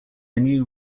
new